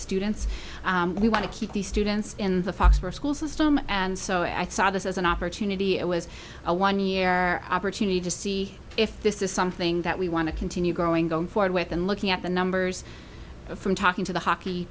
students we want to keep these students in the foxboro school system and so i saw this as an opportunity it was a one year opportunity to see if this is something that we want to continue growing going forward with and looking at the numbers from talking to the hockey